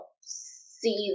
see